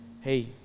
hey